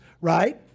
right